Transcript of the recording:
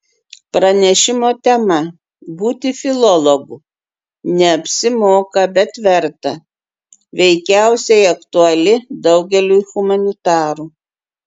pranešimo tema būti filologu neapsimoka bet verta veikiausiai aktuali daugeliui humanitarų